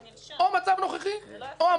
או המודל הנוכחי או שלנו.